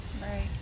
Right